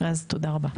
תודה רבה.